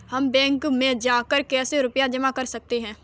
हम बैंक में जाकर कैसे रुपया जमा कर सकते हैं?